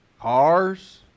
Cars